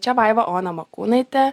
čia vaiva ona makūnaitė